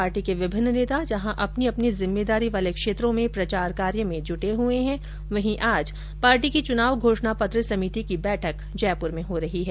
party के विभिन्न नेता जहां अपनी अपनी जिम्मेदारी वार्ले क्षेत्रों में प्रचार कार्य में जुटे है वहीं आज पार्टी की चुनाव घोषणा पत्र समिति की बैठक जयपुर में हो रही है